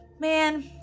Man